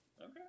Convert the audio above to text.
okay